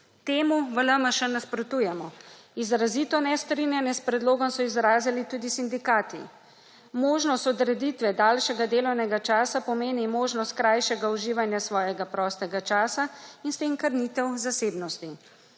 Temu v LMŠ nasprotujemo. Izrazito nestrinjanje s predlogom so izrazili tudi sindikati. Možnost odreditve daljšega delovnega časa pomeni možnost krajšega uživanja svojega prostega časa in s tem krnitev zasebnosti.